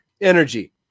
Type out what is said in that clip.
energy